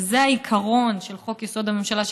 וזה העיקרון של חוק-יסוד: הממשלה,